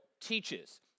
teaches